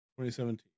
2017